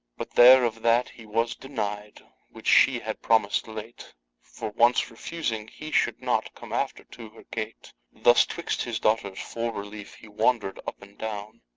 but there of that he was deny'd which she had promis'd late for once refusing, he should not, come after to her gate. thus twixt his daughters for relief he wandred up and down,